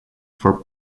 for